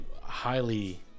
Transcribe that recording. highly